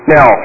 Now